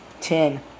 ten